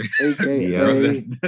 aka